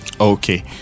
Okay